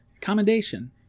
Commendation